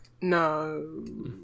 No